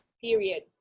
period